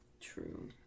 True